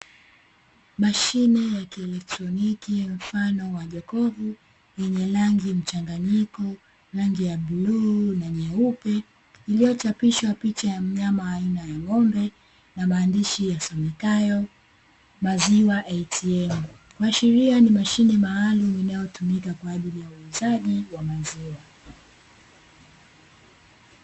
Mashine ya kielektroniki mfano wa jokofu yenye rangi mchanganyiko, rangi ya bluu na nyeupe iliyochapiswa picha ya mnyama aina ya ng'ombe na maandishi yasomekayo "MILK ATM", Kuashiria ni mashine maalumu inayotumika kwa ajiri ya uuzaji wa maziwa.